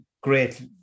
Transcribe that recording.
great